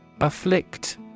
Afflict